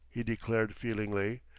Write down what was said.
he declared feelingly.